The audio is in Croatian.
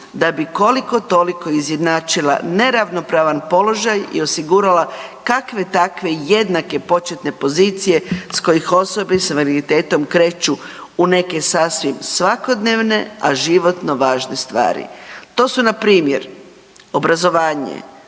da bi koliko toliko izjednačila neravnopravan položaj i osigurala kakve takve jednake početne pozicije s kojih osobe s invaliditetom kreću u neke sasvim svakodnevne, a životno važne stvari. To su npr. obrazovanje,